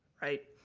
right.